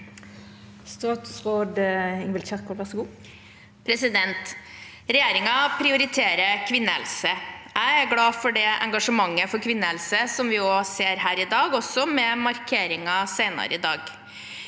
Statsråd Ingvild Kjerkol Regjeringen prioriterer kvinnehelse. Jeg er glad for det engasjementet for kvinnehelse som vi ser her i dag, også med markeringen senere i dag.